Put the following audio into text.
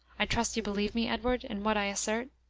i trust you believe me, edward, in what i assert?